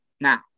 now